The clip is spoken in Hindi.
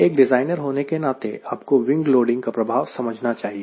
एक डिज़ाइनर होने के नाते आपको विंग लोडिंग का प्रभाव समझना चाहिए